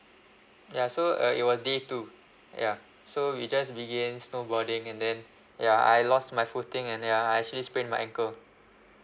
ya so uh it was day two ya so we just began snowboarding and then ya I lost my footing and ya I actually sprained my ankle